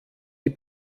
die